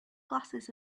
glasses